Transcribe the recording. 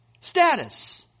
status